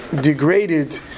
degraded